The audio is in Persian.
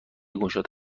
گشاد